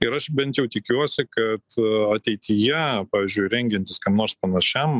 ir aš bent jau tikiuosi kad ateityje pavyzdžiui rengiantis kam nors panašiam